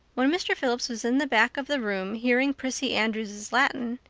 when mr. phillips was in the back of the room hearing prissy andrews's latin,